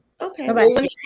Okay